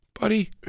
Buddy